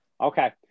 Okay